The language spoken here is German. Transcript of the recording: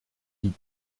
die